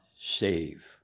save